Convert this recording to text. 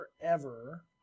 forever